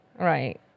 Right